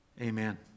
Amen